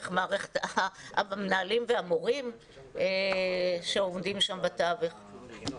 איך המנהלים והמורים עומדים בתווך מקבלים את זה.